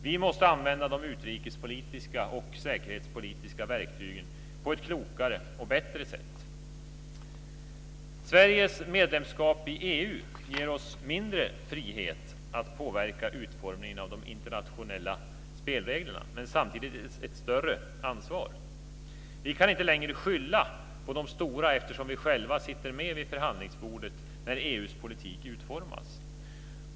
Vi måste använda de utrikespolitiska och säkerhetspolitiska verktygen på ett klokare och bättre sätt. Sveriges medlemskap i EU ger oss mindre frihet att påverka utformningen av de internationella spelreglerna, men samtidigt ett större ansvar. Vi kan inte längre skylla på de stora eftersom vi själva sitter med vid förhandlingsbordet när EU:s politik utformas.